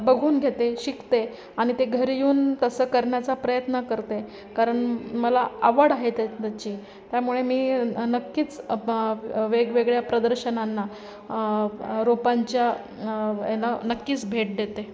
बघून घेते शिकते आणि ते घरी येऊन तसं करण्याचा प्रयत्न करते कारण मला आवड आहे त्या त्याची त्यामुळे मी नक्कीच प वेगवेगळ्या प्रदर्शनांना रोपांच्या यांना नक्कीच भेट देते